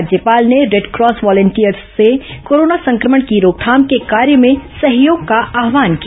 राज्यपाल ने red cross volunteers से कोरोना संक्रमण की रोकथाम के कार्य में सहयोग का आव्हान किया